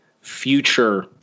future